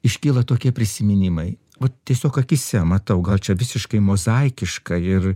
iškyla tokie prisiminimai o tiesiog akyse matau gal čia visiškai mozaikiška ir